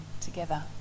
together